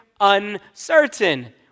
uncertain